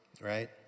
right